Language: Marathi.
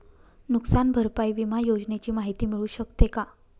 नुकसान भरपाई विमा योजनेची माहिती मिळू शकते का?